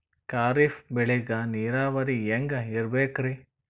ಖರೀಫ್ ಬೇಳಿಗ ನೀರಾವರಿ ಹ್ಯಾಂಗ್ ಇರ್ಬೇಕರಿ?